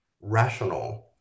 rational